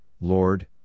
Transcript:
Lord